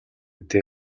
дээ